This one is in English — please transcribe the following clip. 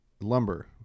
lumber